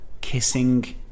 kissing